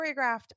choreographed